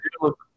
look